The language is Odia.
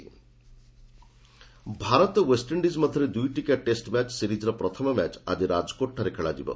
କ୍ରିକେଟ୍ ଭାରତ ଓ୍ୱେଷ୍ଟଇଣ୍ଡିଜ୍ ଦୁଇଟିକିଆ ଟେଷ୍ଟମ୍ୟାଚ୍ ସିରିଜ୍ର ପ୍ରଥମ ମ୍ୟାଚ୍ ଆଜି ରାଜକୋଟ୍ଠାରେ ଖେଳାଯିବ